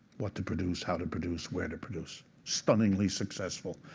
what to produce, how to produce, where to produce. stunningly successful.